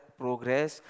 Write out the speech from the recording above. progress